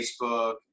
Facebook